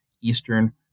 Eastern